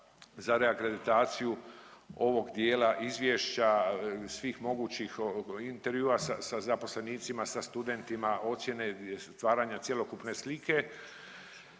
za reakreditaciju ovog dijela izvješća, svih mogućih intervjua sa, sa zaposlenicima, sa studentima, ocjene, stvaranja cjelokupne slike,